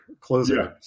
closing